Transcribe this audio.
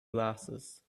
glasses